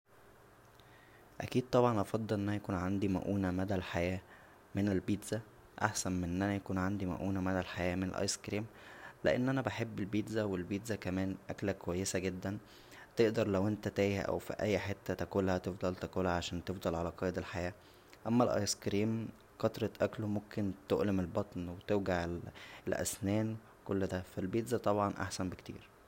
اكيد طبعا هفضل ان انا يكون عندى مؤونه مدى الحياه من البيتزا احسن من ان انا يكون عندى مؤونه مدى الحياه من الايس كريم لان انا بحب البيتزا و البيتزا كمان اكله كويسه جدا تقدر لو انت تايه او فى اى حته تاكلها تفضل تاكلها عشان تفضل على قيد الحياه اما الايسكريم كترة اكله ممكن تؤلم البطن و توجع الاسنان كل دا فا البيتزا طبعا احسن بكتير